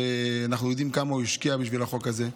שאנחנו יודעים כמה הוא השקיע בשביל החוק הזה,